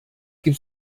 gibt